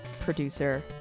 producer